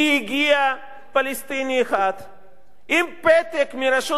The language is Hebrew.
כי הגיע פלסטיני אחד עם פתק מהרשות